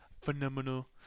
phenomenal